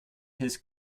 his